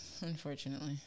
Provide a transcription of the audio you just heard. unfortunately